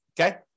Okay